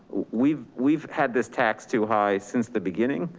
we've we've had this tax too high since the beginning.